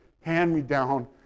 hand-me-down